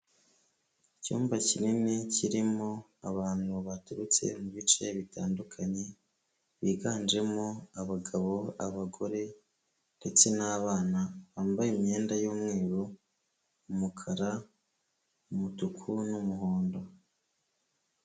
Icyumba kinini kirimo abantu baturutse mu bice bitandukanye, biganjemo abagabo, abagore ndetse n'abana, bambaye imyenda y'umweru, umukara, umutuku n'umuhondo.